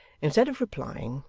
instead of replying,